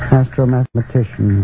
astro-mathematician